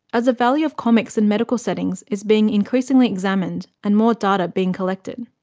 as the value of comics in medical settings is being increasingly examined and more data being collected.